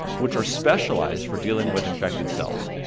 which are specialized for dealing with infected cells.